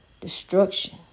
destruction